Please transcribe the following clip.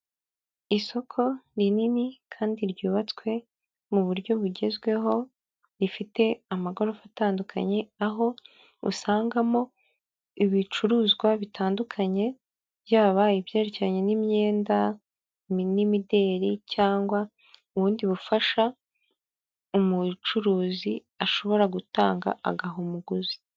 Isoko rinini kandi ryubatswe mu buryo bugezweho rifite amagorofa atandukanye aho usangamo ibicuruzwa bitandukanye byaba ibyerekeranye n'imyenda n'imideri cyangwa ubundi bufasha umucuruzi ashobora gutanga agaha umuguzi.